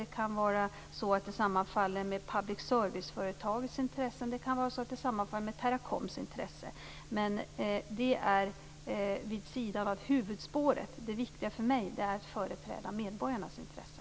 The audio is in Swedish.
Det kan också vara så att medborgarnas intressen sammanfaller med public service-företagets eller Teracoms intressen. Detta sker dock vid sidan av huvudspåret. Det viktiga för mig är att företräda medborgarnas intresse.